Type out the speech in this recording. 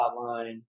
hotline